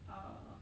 uh